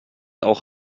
auch